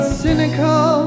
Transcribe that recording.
cynical